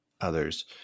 others